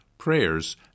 prayers